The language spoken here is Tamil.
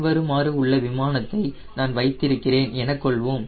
பின்வருமாறு உள்ள விமானத்தை நான் வைத்திருக்கிறேன் எனக் கொள்வோம்